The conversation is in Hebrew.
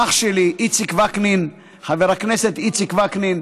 אח שלי, איציק וקנין, חבר הכנסת איציק וקנין.